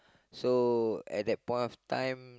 so at the point of time